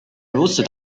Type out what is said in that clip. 如此